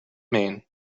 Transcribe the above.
mean